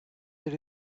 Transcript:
did